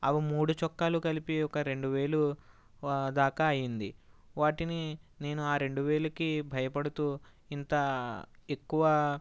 అవి మూడు చొక్కాలు కలిపి ఒక రెండు వేలు దాక అయ్యింది వాటిని నేను ఆ రెండు వేలకి భయపడుతూ ఇంత ఎక్కువ